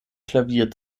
klavier